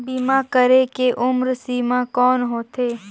बीमा करे के उम्र सीमा कौन होथे?